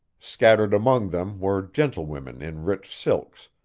scattered among them were gentlewomen in rich silks,